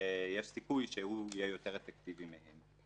שיש סיכוי שהוא יהיה יותר אפקטיבי מהם.